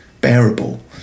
bearable